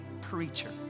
preacher